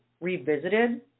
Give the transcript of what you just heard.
revisited